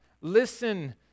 Listen